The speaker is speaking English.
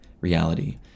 reality